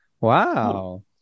Wow